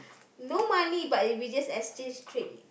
no money but if you just exchange straight